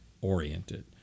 oriented